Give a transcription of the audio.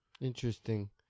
Interesting